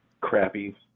crappy